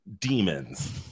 Demons